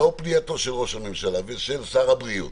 לאור פניית ראש הממשלה ושר הבריאות,